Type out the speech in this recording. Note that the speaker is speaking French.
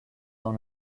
dans